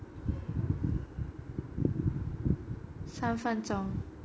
三分钟